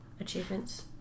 achievements